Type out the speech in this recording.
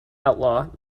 outlaw